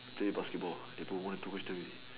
play basketball eh bro one two questions already